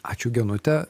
ačiū genute